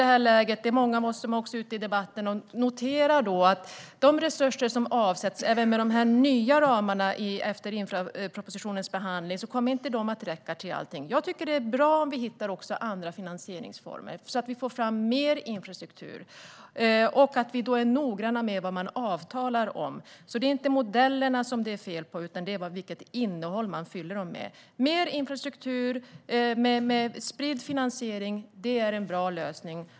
Det är många av oss som är ute i debatten som noterar att de resurser som avsätts, även med de nya ramarna efter infrastrukturpropositionens behandling, inte kommer att räcka till allting. Jag tycker att det är bra om vi också hittar andra finansieringsformer, så att vi får fram mer infrastruktur. Då handlar det om att vi är noggranna med vad man avtalar om. Det är inte modellerna det är fel på, utan det handlar om vilket innehåll man fyller dem med. Mer infrastruktur med spridd finansiering är en bra lösning.